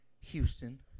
Houston